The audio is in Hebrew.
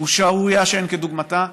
הוא שערורייה שאין כדוגמתה,